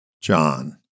John